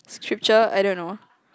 scripture I don't know